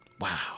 Wow